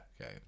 Okay